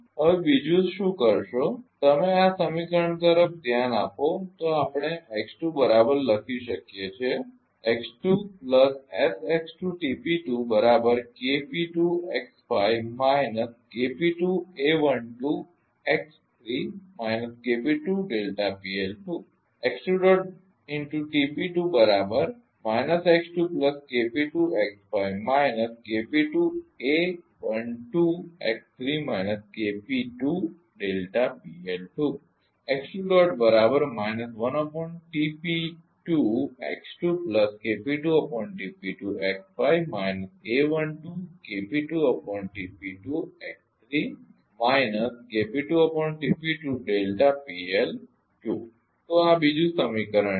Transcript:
હવે બીજું શું કરશો જો તમે આ સમીકરણ તરફ ધ્યાન આપો તો આપણે x2 બરાબર લખી શકીએ છીએ તો આ બીજું સમીકરણ છે